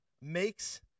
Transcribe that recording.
makes